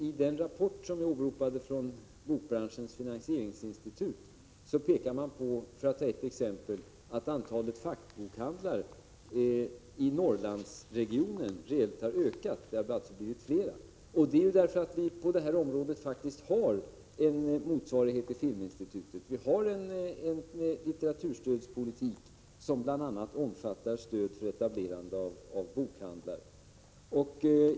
I den rapport från Bokbranschens Finansieringsinstitut som jag åberopade pekar man på, för att ta ett exempel, att antalet fackbokhandlare i Norrlandsregionen har ökat. Det är därför att vi på det här området faktiskt har en motsvarighet till Filminstitutet. Vi har en litteraturstödspolitik som bl.a. omfattar stöd för etablerande av boklådor.